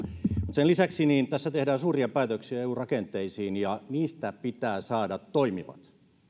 sen lisäksi tässä tehdään suuria päätöksiä eu rakenteisiin ja niistä pitää saada toimivat